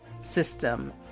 system